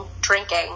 drinking